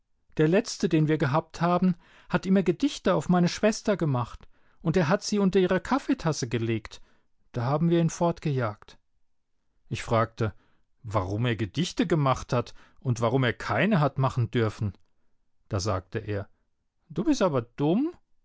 der letzte den wir gehabt haben hat immer gedichte auf meine schwester gemacht und er hat sie unter ihre kaffeetasse gelegt da haben wir ihn fortgejagt ich fragte warum er gedichte gemacht hat und warum er keine hat machen dürfen da sagte er du bist aber dumm